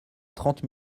trente